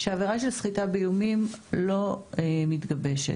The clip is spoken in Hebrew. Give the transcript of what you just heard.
שעבירה של סחיטה באיומים לא מתגבשת.